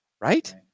right